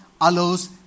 allows